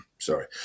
sorry